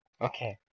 Okay